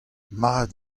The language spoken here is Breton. mat